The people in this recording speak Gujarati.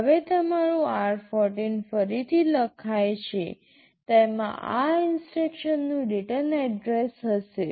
હવે તમારું r14 ફરીથી લખાઈ છે તેમાં આ ઇન્સટ્રક્શન નું રિટર્ન એડ્રેસ હશે